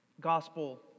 gospel